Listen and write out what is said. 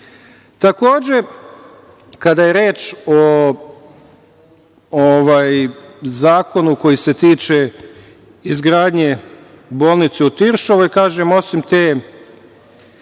kada je reč o zakonu koji se tiče izgradnje bolnice u Tiršovoj, kažem, osim te